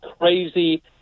crazy